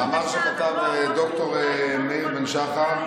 מאמר שכתב ד"ר מאיר בן שחר,